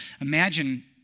Imagine